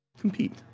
compete